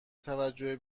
توجه